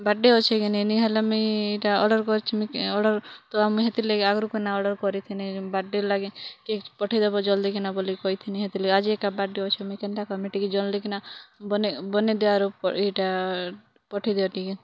ବାଡ଼େ୍ ଅଛି କି ନି ନେଇ ହେଲେ ମୁଇଁ ଏଇଟା ଅର୍ଡ଼ର୍ କରିଛି ମୁଇଁ ଅର୍ଡ଼ର୍ ତ ମୁଇଁ ହେତି ଲାଗି ଆଗରୁ କିନା ଅର୍ଡ଼ର୍ କରିଥିନି ବାଡ଼େ ଲାଗି କେକ୍ ପଠେଇ ଦବ୍ ଜଲଦି କିନା ବୋଲି କହିଥିନି ହେତି ଲାଗି ଆଜି ଏକା ବାଡ଼େ୍ ଅଛି ମୁଇଁ କେନ୍ତା କରମି ଟିକେ ଜଲଦି କିନା ବନେ ବନେଇ ଦେବାରୁ ପ୍ ଇଏଟା ପଠେଇ ଦିଅ ଟିକେ